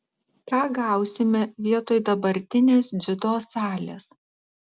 ką gausime vietoj dabartinės dziudo salės